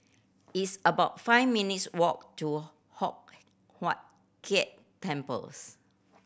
it's about five minutes walk to Hock Huat Keng Temples